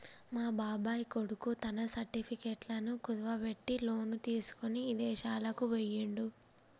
మా బాబాయ్ కొడుకు తన సర్టిఫికెట్లను కుదువబెట్టి లోను తీసుకొని ఇదేశాలకు బొయ్యిండు